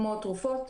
כמו תרופות,